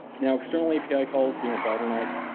now, external api calls being a bottleneck.